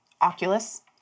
Oculus